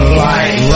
light